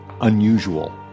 unusual